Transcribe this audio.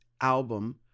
album